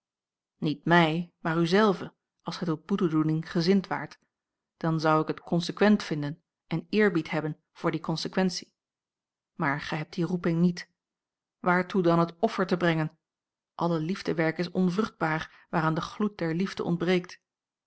niet mij maar u zelve als gij tot boetedoening gezind waart dan zou ik het consequent vinden en eerbied hebben voor die consequentie maar gij hebt die roeping niet waartoe dan het offer te brengen alle liefdewerk is onvruchtbaar waaraan de gloed der liefde ontbreekt